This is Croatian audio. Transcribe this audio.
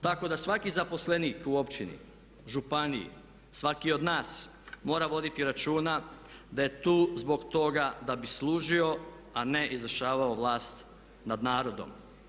Tako da svaki zaposlenih u općini, županiji, svatko od nas mora voditi računa da je tu zbog toga da bi služio a ne izvršavao vlast nad narodom.